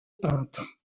peintre